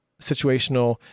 situational